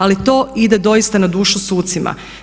Ali to ide doista na dušu sucima.